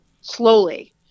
slowly